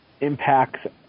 impacts